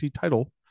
title